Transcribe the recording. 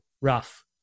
rough